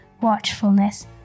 watchfulness